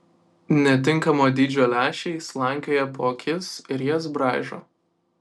netinkamo dydžio lęšiai slankioja po akis ir jas braižo